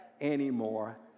anymore